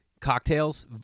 Cocktails